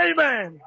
Amen